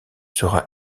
sera